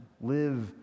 live